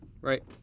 right